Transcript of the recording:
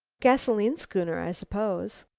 gasoline schooner, i suppose.